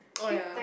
oh yeah